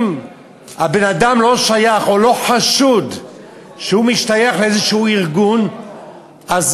אם הבן-אדם לא שייך או לא חשוד שהוא משתייך לארגון כלשהו,